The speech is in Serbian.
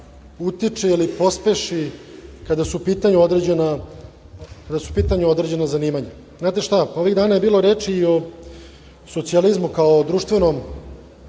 utiče ili pospeši kada su u pitanju određena zanimanja. Znate šta, ovih dana je bilo reči o socijalizmu kao društvenom